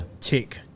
Tick